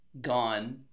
gone